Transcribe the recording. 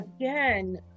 Again